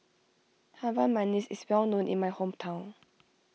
Harum Manis is well known in my hometown